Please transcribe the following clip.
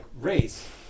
race